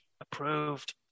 Approved